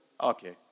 okay